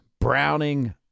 Browning